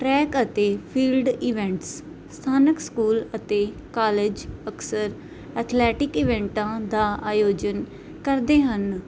track ਅਤੇ field events ਸਥਾਨਕ school ਅਤੇ ਕਾਲਜ ਅਕਸਰ ਐਥਲੈਟਿਕ ਇਵੈਂਟਾਂ ਦਾ ਆਯੋਜਨ ਕਰਦੇ ਹਨ